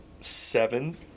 seven